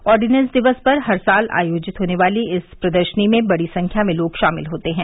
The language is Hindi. ऑर्डिनेंस दिवस पर हर साल आयोजित होने वाली इस प्रदर्शनी में बड़ी संख्या में लोग शामिल होते हैं